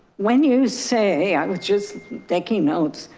when you say i was just taking notes,